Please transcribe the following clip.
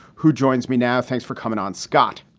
who joins me now. thanks for coming on, scott.